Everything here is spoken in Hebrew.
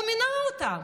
הוא מינה אותם.